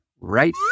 right